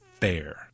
fair